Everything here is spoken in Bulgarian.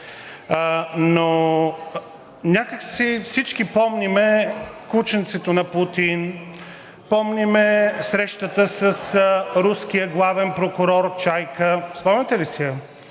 Но някак си всички помним кученцето на Путин, помним срещата с руския главен прокурор Чайка. Спомняте ли си я?